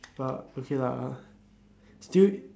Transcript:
but okay lah still